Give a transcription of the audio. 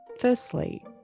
firstly